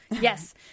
Yes